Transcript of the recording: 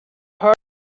hurt